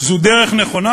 זו דרך נכונה?